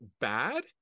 bad